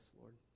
Lord